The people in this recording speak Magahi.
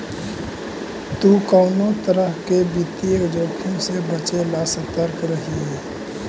तु कउनो तरह के वित्तीय जोखिम से बचे ला सतर्क रहिये